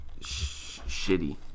shitty